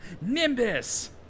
Nimbus